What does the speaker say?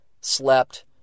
slept